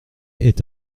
est